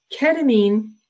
ketamine